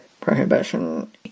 prohibition